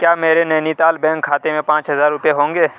کیا میرے Nainital bank کھاتے میں پانچ ہزار روپے ہوں گے